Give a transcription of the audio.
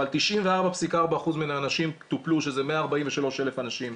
אבל 94.4% מהאנשים טופלו, שזה 143,000 אנשים.